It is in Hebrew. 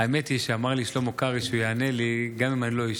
האמת היא שאמר לי שלמה קרעי שהוא יענה לי גם אם אני לא אשאל.